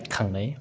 ꯈꯪꯅꯩ